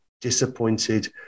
disappointed